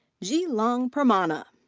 gilang permana.